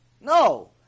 No